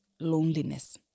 loneliness